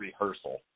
rehearsal